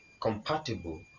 compatible